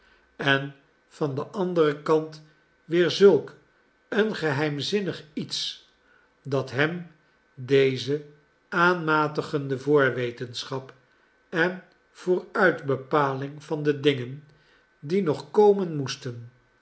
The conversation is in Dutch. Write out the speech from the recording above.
en van den anderen kant weer zulk een geheimzinnig iets dat hem deze aanmatigende voorwetenschap en vooruitbepaling van de dingen die nog komen moesten